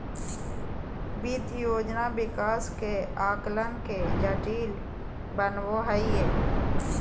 वित्त योजना विकास के आकलन के जटिल बनबो हइ